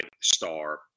star